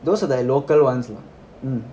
those are the local ones lah mm